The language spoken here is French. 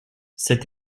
cet